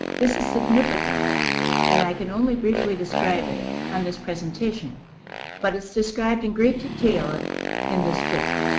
this is significant and i can only briefly describe it on this presentation but is described in great detail in this book.